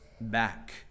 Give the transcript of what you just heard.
back